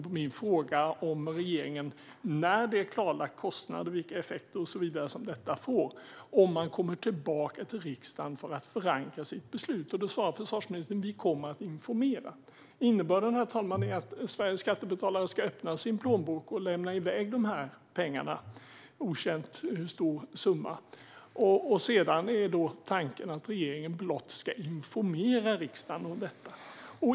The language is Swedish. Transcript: På min fråga om regeringen när den har klarlagt kostnader, vilka effekter och så vidare som detta får kommer tillbaka till riksdagen för att förankra sitt beslut svarar försvarsministern: Vi kommer att informera. Innebörden, herr talman, är att Sveriges skattebetalare ska öppna sina plånböcker och lämna iväg de här pengarna, okänt hur stor summa. Sedan är tanken att regeringen blott ska informera riksdagen om detta.